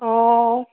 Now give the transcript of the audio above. अ